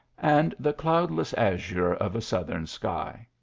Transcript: and the cloudless azure of a southern sky.